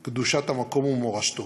ועל קדושת המקום ומורשתו.